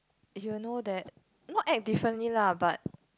you'll know that not act differently lah but